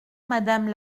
madame